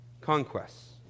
conquests